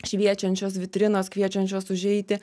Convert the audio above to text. šviečiančios vitrinos kviečiančios užeiti